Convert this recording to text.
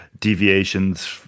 deviations